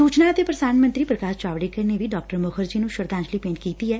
ਸੁਚਨਾ ਅਤੇ ਪ੍ਰਸਾਰਣ ਮੰਤਰੀ ਪ੍ਰਕਾਸ਼ ਜਾਵੜੇਕਰ ਨੇ ਵੀ ਡਾ ਮੁੱਖਰਜੀ ਨੂੰ ਸ਼ਰਧਾਂਜਲੀ ਭੇਂਟ ਕੀਤੀ ਐ